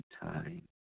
time